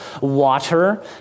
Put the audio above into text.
water